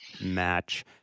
match